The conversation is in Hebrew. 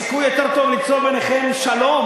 אולי יש סיכוי יותר טוב ליצור ביניכם שלום,